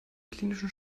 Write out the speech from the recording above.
klinischen